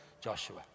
Joshua